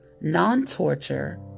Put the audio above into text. non-torture